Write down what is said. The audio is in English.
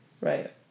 Right